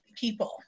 people